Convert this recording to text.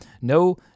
no